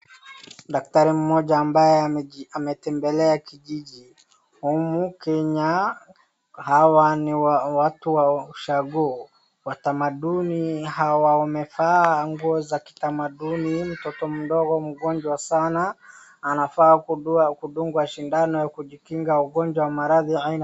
Daktari mmoja ambaye ametembelea kijiji, humu kenya hawa ni watu wa ushagoo wa tamaduni wamevaa nguo za kitamaduni, mtoto mdogo mgonjwa sana anafaa kudungwa sindano ya kujikinga ugonjwa na maradhi aina...